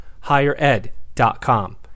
HigherEd.com